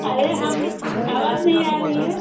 अरे हम आवाज़ नहीं आ रही है